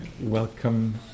Welcome